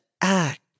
act